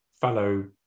fellow